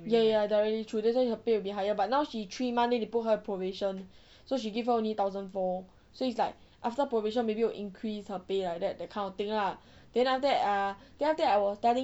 ya ya directly through that's her pay will be higher but now she three month then they put her in probation so she give her only thousand four so it's like after probation maybe will increase her pay like that that kind of thing lah then after that ah then after that I was telling